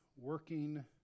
Working